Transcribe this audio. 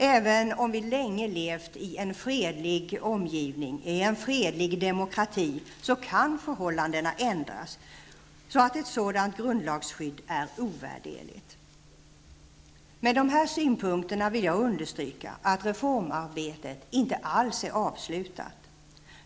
Även om vi i Sverige länge har levt i en fredlig omgivning, i en fredlig demokrati, kan förhållandena ändras så att ett sådant grundlagskydd kan bli ovärderligt. Med dessa synpunkter vill jag understryka att reformarbetet inte alls är avslutat.